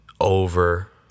over